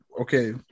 okay